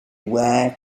wear